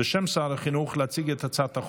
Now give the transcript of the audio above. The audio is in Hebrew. (החלטות מינהליות ופעולות כלפי רשות ציבורית,